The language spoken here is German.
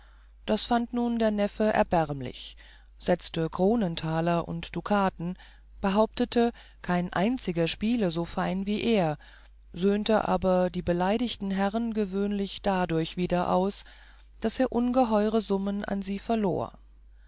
das fand nun der neffe erbärmlich setzte kronentaler und dukaten behauptete kein einziger spiele so fein wie er söhnte aber die beleidigten herrn gewöhnlich dadurch wieder aus daß er ungeheure summen an sie verlor